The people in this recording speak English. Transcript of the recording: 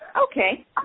Okay